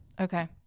Okay